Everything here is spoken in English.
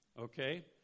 okay